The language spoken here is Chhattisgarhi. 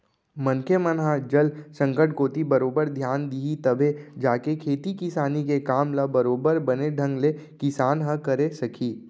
मनखे मन ह जल संकट कोती बरोबर धियान दिही तभे जाके खेती किसानी के काम ल बरोबर बने ढंग ले किसान ह करे सकही